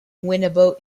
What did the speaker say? winnabow